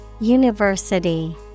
University